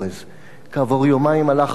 כעבור יומיים הלכנו עוד פעם,